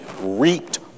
reaped